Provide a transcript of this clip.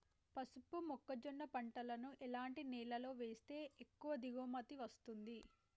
పసుపు మొక్క జొన్న పంటలను ఎలాంటి నేలలో వేస్తే ఎక్కువ దిగుమతి వస్తుంది?